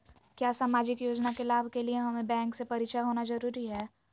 क्या सामाजिक योजना के लाभ के लिए हमें बैंक से परिचय होना जरूरी है?